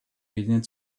medien